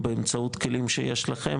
באמצעות כלים שיש לכם,